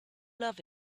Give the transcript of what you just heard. love